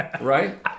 right